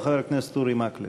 הוא חבר הכנסת אורי מקלב.